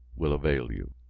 will avail you.